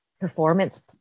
performance